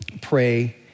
pray